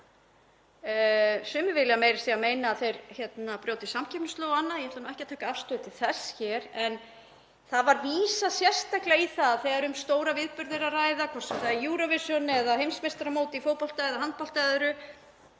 Sumir vilja meira að segja meina að þeir brjóti samkeppnislög og annað. Ég ætla ekki að taka afstöðu til þess hér en það var vísað sérstaklega í að þegar um stóra viðburði væri að ræða, hvort sem það er Eurovision eða heimsmeistaramót í fótbolta eða handbolta eða öðru,